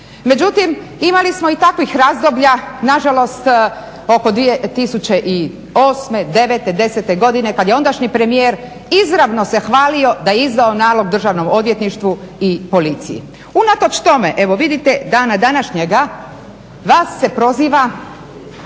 Međutim, imali smo i takvih razdoblja na žalost oko 2008., devete, desete godine kada je ondašnji premijer izravno se hvalio da je izdao nalog Državnom odvjetništvu i policiji. Unatoč tome evo vidite dana današnjega vas se proziva